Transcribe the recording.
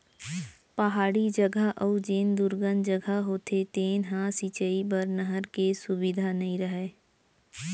पहाड़ी जघा अउ जेन दुरगन जघा होथे तेन ह सिंचई बर नहर के सुबिधा नइ रहय